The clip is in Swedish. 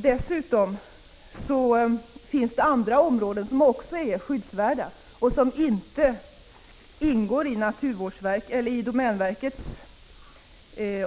Dessutom finns andra områden som också är skyddsvärda och som inte ingår i domänverkets